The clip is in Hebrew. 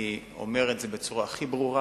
אני אומר את זה בצורה הכי ברורה.